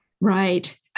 Right